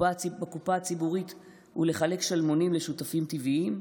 בקופה הציבורית ולחלק שלמונים לשותפים טבעיים.